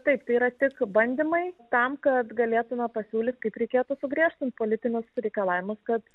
taip tai yra tik bandymai tam kad galėtume pasiūlyt kaip reikėtų sugriežtint politinius reikalavimus kad